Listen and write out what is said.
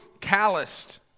calloused